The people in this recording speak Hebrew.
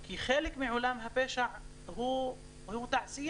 כי חלק מעולם הפשע הוא תעשייה,